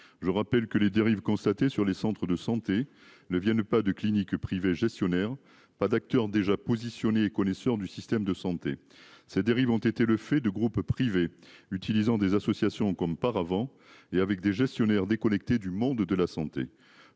Je rappelle que les dérives constatées sur les centres de santé ne viennent pas de cliniques privées gestionnaires pas d'acteurs déjà positionnés et connaisseur du système de santé. Ces dérives ont été le fait de groupes privés utilisant des associations comme paravent et avec des gestionnaires déconnectés du monde de la santé.